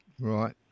Right